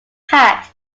pat